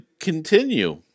continue